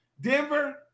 Denver